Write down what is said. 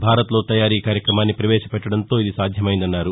భారత్లో తయారీ కార్యక్రమాన్ని పవేశపెట్టడంతో ఇది సాధ్యమయిందన్నారు